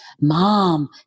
mom